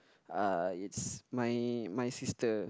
uh it's my my sister